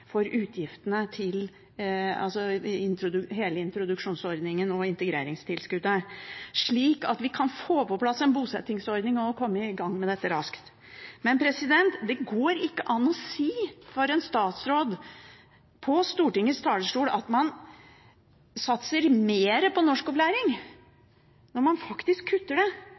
for utgiftene til hele introduksjonsordningen og integreringstilskuddet, slik at vi kan få på plass en bosettingsordning og komme i gang med dette raskt. Det går ikke an for en statsråd å si, fra Stortingets talerstol, at man satser mer på norskopplæring